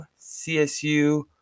CSU